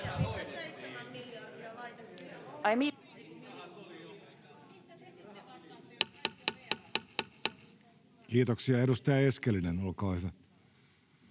Kiitoksia. — Edustaja Eskelinen, olkaa hyvä.